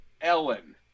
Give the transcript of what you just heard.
Ellen